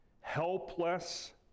helpless